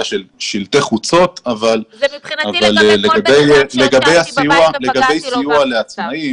של שלטי חוצות אבל לגבי סיוע לעצמאים,